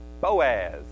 Boaz